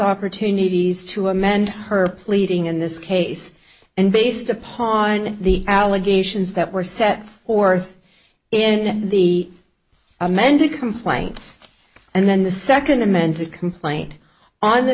opportunities to amend her pleading in this case and based upon the allegations that were set forth in the amended complaint and then the second amended complaint on the